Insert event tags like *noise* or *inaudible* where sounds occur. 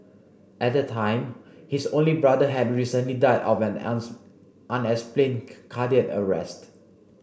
at the time his only brother had recently died of an *unintelligible* unexplained cardiac arrest